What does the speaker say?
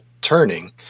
turning